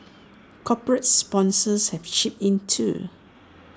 corporate sponsors have chipped in too